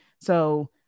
So-